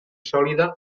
sòlida